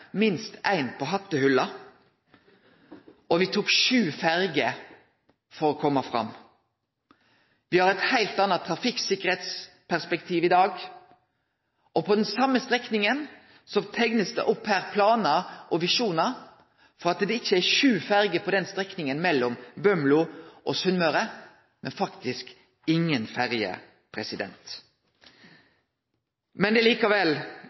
minst ein på hattehylla, og me tok sju ferjer for å kome fram. Me har eit heilt anna trafikksikkerheitsperspektiv i dag, og for den same strekninga blir det teikna opp planar og visjonar for at det ikkje er sju ferjer på den strekninga mellom Bømlo og Sunnmøre, men faktisk ingen ferjer. I det visjonsperspektivet vil eg seie at det er likevel